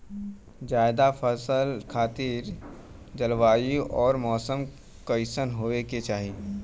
जायद फसल खातिर जलवायु अउर मौसम कइसन होवे के चाही?